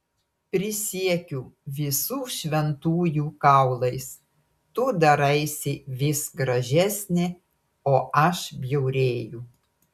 prisiekiu visų šventųjų kaulais tu daraisi vis gražesnė o aš bjaurėju